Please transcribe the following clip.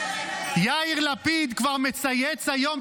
יאיר לפיד כבר מצייץ היום,